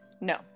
No